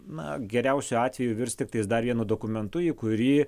na geriausiu atveju virs tiktais dar vienu dokumentu į kurį